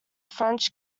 french